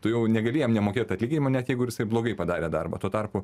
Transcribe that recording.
tu jau negali jiem nemokėt atlyginimo net jeigu blogai padarė darbą tuo tarpu